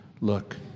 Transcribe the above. look